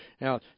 Now